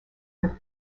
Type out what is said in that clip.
with